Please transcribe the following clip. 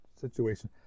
situation